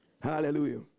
Hallelujah